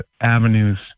avenues